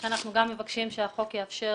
לכן אנחנו גם מבקשים שהחוק יאפשר